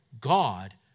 God